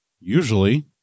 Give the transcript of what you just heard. usually